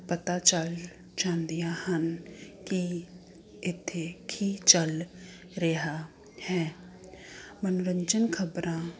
ਪਤਾ ਚੱਲ ਜਾਂਦੀਆਂ ਹਨ ਕਿ ਇੱਥੇ ਕੀ ਚੱਲ ਰਿਹਾ ਹੈ ਮਨੋਰੰਜਨ ਖ਼ਬਰਾਂ